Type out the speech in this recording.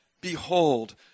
Behold